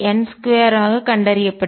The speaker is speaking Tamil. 6Z2n2 கண்டறியப்பட்டது